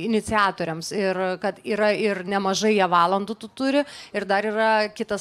iniciatoriams ir kad yra ir nemažai jie valandų tų turi ir dar yra kitas